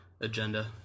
agenda